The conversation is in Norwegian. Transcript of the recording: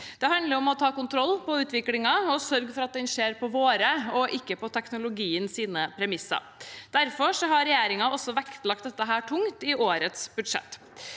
Det handler om å ta kontroll på utviklingen og sørge for at den skjer på våre, og ikke på teknologiens, premisser. Derfor har regjeringen også vektlagt dette tungt i årets budsjett.